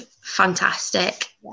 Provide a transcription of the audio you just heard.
fantastic